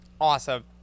Awesome